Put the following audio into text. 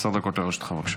עשר דקות לרשותך.